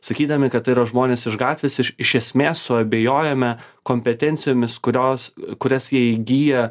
sakydami kad yra žmonės iš gatvės iš iš esmės suabejojame kompetencijomis kurios kurias jie įgija